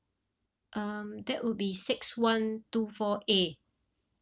um that will be six one two four A